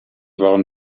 waren